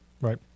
Right